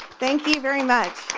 thank you very much.